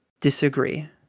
disagree